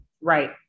right